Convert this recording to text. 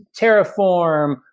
Terraform